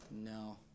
No